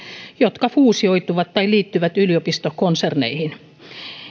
jotka fuusioituvat tai liittyvät yliopistokonserneihin